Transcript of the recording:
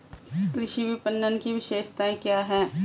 कृषि विपणन की विशेषताएं क्या हैं?